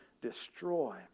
destroy